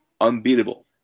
unbeatable